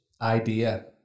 idea